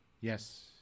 Yes